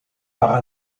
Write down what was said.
par